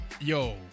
Yo